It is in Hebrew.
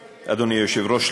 היושב-ראש,